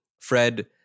Fred